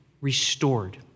restored